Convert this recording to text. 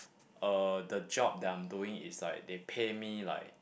uh the job that I'm doing is like they pay me like